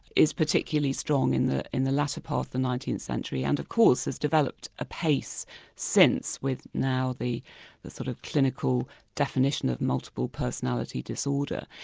is particularly strong in the in the latter part of the nineteenth century and of course has developed apace since, with now the the sort of clinical definition of multiple personality disorder.